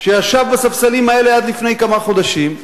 שישב בספסלים האלה עד לפני כמה חודשים,